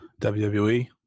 WWE